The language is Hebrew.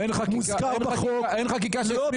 אין חקיקה שהסמיכה את בית המשפט לדון.